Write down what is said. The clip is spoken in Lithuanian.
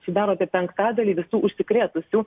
sudaro apie penktadalį visų užsikrėtusių